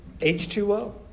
H2O